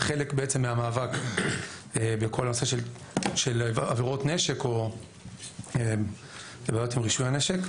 חלק מהמאבק בעצם בכל הנושא של עבירות נשק הוא בעיות עם רישוי הנשק.